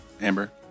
amber